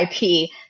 IP